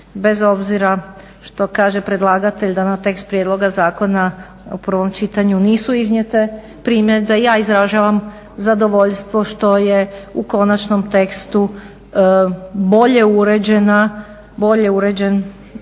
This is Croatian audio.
bez obzira što kaže predlagatelj da na tekst prijedloga zakona u prvom čitanju nisu iznijete primjedbe ja izražavam zadovoljstvo što je u konačnom tekstu bolje uređen članak 7. na